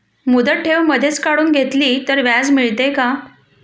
मुदत ठेव मधेच काढून घेतली तर व्याज मिळते का?